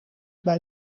bij